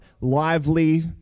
lively